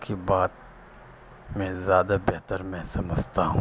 کی بات میں زیادہ بہتر میں سمجھتا ہوں